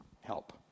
help